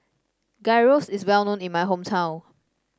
gyro is well known in my hometown